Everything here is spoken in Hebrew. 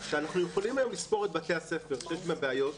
שאנחנו יכולים היום לספור את בתי הספר שיש בהם בעיות